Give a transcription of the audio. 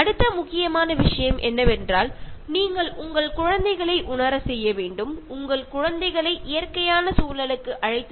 മറ്റൊരു പ്രധാനപ്പെട്ട കാര്യം നിങ്ങൾ നിങ്ങളുടെ കുഞ്ഞുങ്ങളെ പ്രകൃതിയോട് സംവദിക്കാൻ പഠിപ്പിക്കുക എന്നതാണ്